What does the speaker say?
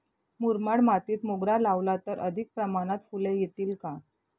मुरमाड मातीत मोगरा लावला तर अधिक प्रमाणात फूले येतील का?